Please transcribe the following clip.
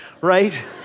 right